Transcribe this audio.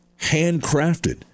handcrafted